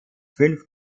fünf